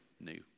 new